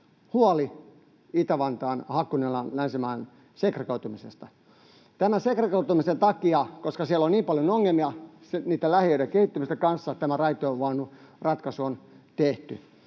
huoli Itä-Vantaan — Hakunilan, Länsimäen — segregoitumisesta. Tämän seg-regoitumisen takia, koska siellä on niin paljon ongelmia niitten lähiöitten kehittymisen kanssa, tämä raitiovaunuratkaisu on tehty.